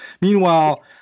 meanwhile